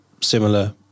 similar